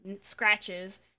scratches